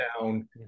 down